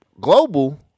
Global